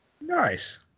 Nice